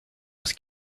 was